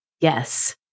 yes